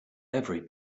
every